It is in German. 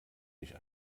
nicht